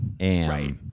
right